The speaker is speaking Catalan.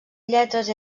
lletres